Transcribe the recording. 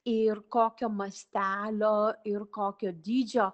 ir kokio mastelio ir kokio dydžio